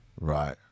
Right